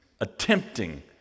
attempting